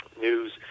news